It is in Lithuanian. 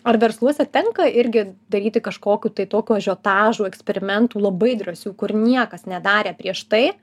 ar versluose tenka irgi daryti kažkokių tai tokių ažiotažų eksperimentų labai drąsių kur niekas nedarė prieš tai